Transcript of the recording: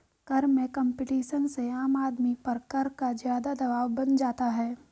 कर में कम्पटीशन से आम आदमी पर कर का ज़्यादा दवाब बन जाता है